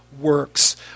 works